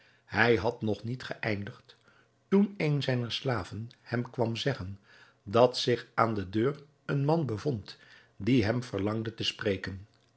hij had nog niet geëindigd toen een zijner slaven hem kwam zeggen dat zich aan de deur een man bevond die hem verlangde te spreken